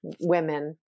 women